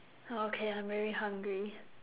okay I'm very hungry